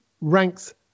ranks